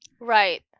Right